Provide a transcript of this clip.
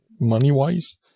money-wise